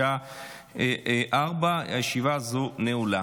בשעה 16:00. ישיבה זו נעולה.